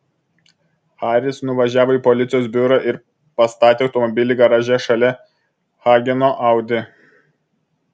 haris nuvažiavo į policijos biurą ir pastatė automobilį garaže šalia hageno audi